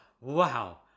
wow